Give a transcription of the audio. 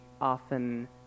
often